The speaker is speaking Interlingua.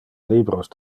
libros